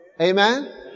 Amen